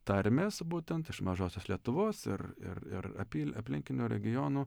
tarmės būtent iš mažosios lietuvos ir ir ir apyl aplinkinių regionų